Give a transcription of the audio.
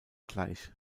gleich